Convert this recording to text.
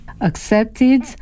accepted